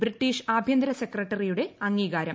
British ആഭ്യന്തര സെക്രട്ടറിയുടെ അംഗീകാരം